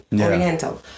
Oriental